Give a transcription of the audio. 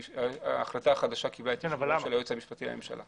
ההחלטה החדשה קיבלה את אישור היועץ המשפטי לממשלה.